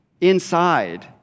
Inside